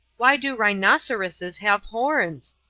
why do rhinoceroses have horns?